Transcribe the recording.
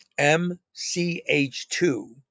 MCH2